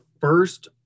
first